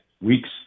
weeks